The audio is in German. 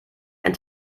ein